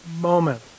moment